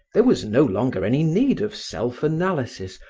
there was no longer any need of self-analysis,